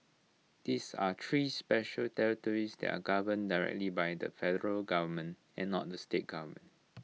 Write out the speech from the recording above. these are three special territories that are governed directly by the federal government and not the state government